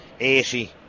80